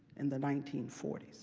in the nineteen forty s.